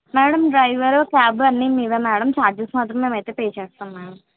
madam driver cab అన్నీ మీవే madam charges మాత్రం మేమైతే పే చేస్తాము మేడం